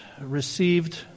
received